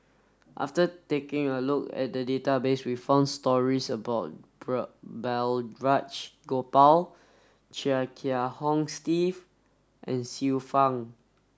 after taking a look at the database we found stories about Balraj Gopal Chia Kiah Hong Steve and Xiu Fang